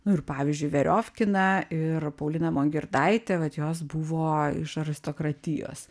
nu ir pavyzdžiui veriovkina ir paulina mongirdaitė vat jos buvo iš aristokratijos